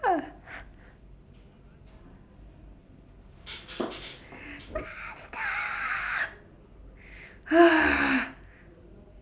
faster